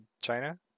China